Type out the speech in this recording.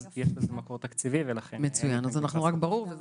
אז יש לזה מקור תקציבי ולכן זה יוחל רטרואקטיבית.